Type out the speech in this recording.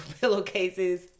pillowcases